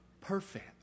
perfect